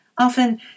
Often